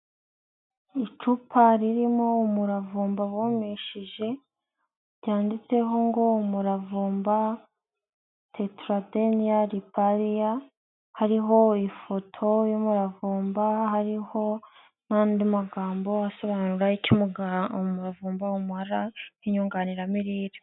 Icupa ririmo umuravumba bumishijeje, ryanyanditseho ngo umuravumba Tetradenia riparia, hariho ifoto y'umuravumba, hariho n'andi magambo asobanura icyo umuravumba umara n'inyunganiramirire.